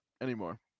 anymore